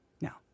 Now